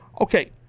Okay